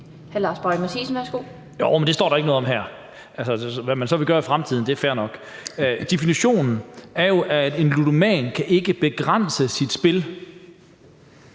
Lars Boje Mathiesen (NB): Jo, men det står der ikke noget om her. Hvad man så vil gøre i fremtiden, er fair nok. Definitionen er jo, at en ludoman ikke kan begrænse sit spil.